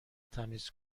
تمیز